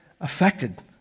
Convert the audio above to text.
affected